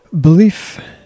Belief